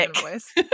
voice